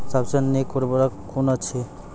सबसे नीक उर्वरक कून अछि?